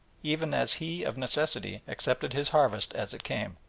even as he of necessity accepted his harvest as it came.